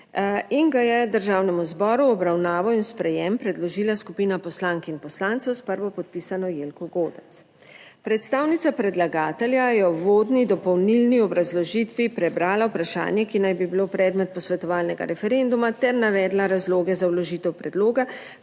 in ga je Državnemu zboru v obravnavo in sprejem predložila skupina poslank in poslancev s prvopodpisano Jelko Godec. Predstavnica predlagatelja je v uvodni dopolnilni obrazložitvi prebrala vprašanje, ki naj bi bilo predmet posvetovalnega referenduma ter navedla razloge za vložitev predloga,